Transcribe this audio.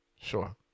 Sure